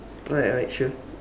alright alright sure